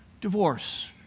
Divorce